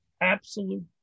absolute